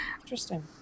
Interesting